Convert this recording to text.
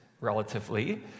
relatively